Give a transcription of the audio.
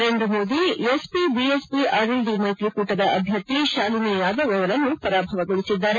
Narendra Modi SP BSP RLD ಮೈತ್ರಿ ಕೂಟದ ಅಭ್ಯರ್ಥಿ ಶಾಲಿನಿ ಯಾದವ್ ಅವರನ್ನು ಪರಾಭವಗೊಳಿಸಿದ್ದಾರೆ